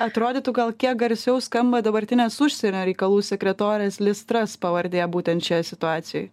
atrodytų gal kiek garsiau skamba dabartinės užsienio reikalų sekretorės lis tras pavardė būtent šioje situacijoj